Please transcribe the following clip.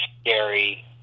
scary